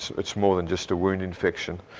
it's more than just a wound infection.